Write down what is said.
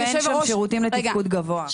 ואין שם שירותים לתפקוד גבוה.